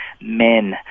men